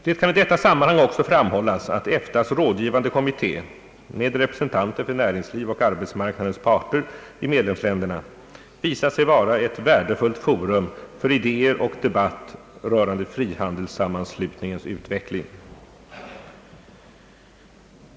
Det kan i detta sammanhang också framhållas att EFTA:s rådgivande kommitté med representanter för näringsliv och arbetsmarknadens parter i medlemsländerna visat sig vara ett värdefullt forum för idéer och debatt rörande frihandelssammanslutningens = utveckling.